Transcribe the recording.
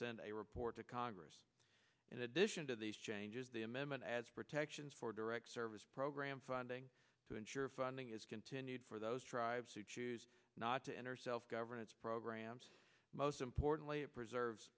send a report to congress in addition to these changes the amendment as protections for direct service program funding to ensure funding is continued for those tribes who choose not to enter self governance programs most importantly it preserves